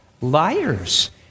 liars